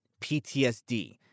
PTSD